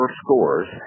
scores